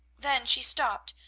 then she stopped,